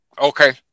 Okay